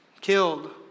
killed